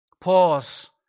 Pause